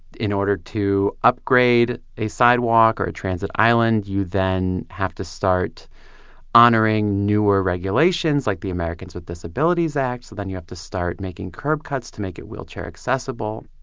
in order to upgrade a sidewalk or a transit island, you then have to start honoring newer regulations like the americans with disabilities act. so then you have to start making curb cuts to make it wheelchair accessible.